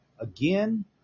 Again